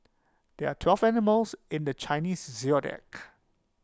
there are twelve animals in the Chinese Zodiac